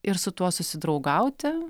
ir su tuo susidraugauti